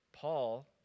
Paul